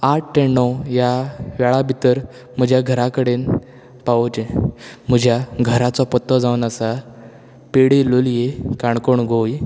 आठ ते णव ह्या वेळा भितर म्हज्या घरा कडेन पावोवचें म्हज्या घराचो पत्तो जावन आसा पेडी लोलयें काणकोण गोंय